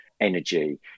energy